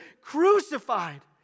crucified